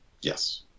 Yes